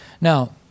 Now